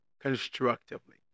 constructively